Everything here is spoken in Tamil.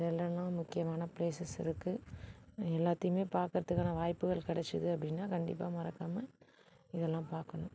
இதெல்லாம் தான் முக்கியமான ப்ளேஸஸ் இருக்குது எல்லாத்தையுமே பார்க்கறதுக்கான வாய்ப்புகள் கிடைச்சிது அப்படின்னா கண்டிப்பாக மறக்காமல் இதெல்லாம் பார்க்கணும்